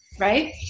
Right